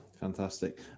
fantastic